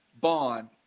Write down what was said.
bond